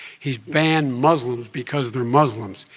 he's banned muslims because they're muslims.